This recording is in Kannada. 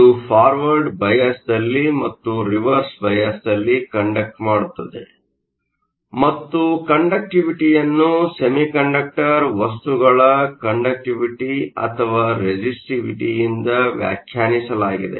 ಇದು ಫಾರ್ವರ್ಡ್ ಬಯಾಸ್ನಲ್ಲಿ ಮತ್ತು ರಿವರ್ಸ್ ಬಯಾಸ್ನಲ್ಲಿ ಕಂಡಕ್ಟ್Conduct ಮಾಡುತ್ತದೆ ಮತ್ತು ಕಂಡಕ್ಟಿವಿಟಿಯನ್ನು ಸೆಮಿಕಂಡಕ್ಟರ್Semiconductor ವಸ್ತುಗಳ ಕಂಡಕ್ಟಿವಿಟಿ ಅಥವಾ ರೆಸಿಸ್ಟಿವಿಟಿಯಿಂದ ವ್ಯಾಖ್ಯಾನಿಸಲಾಗಿದೆ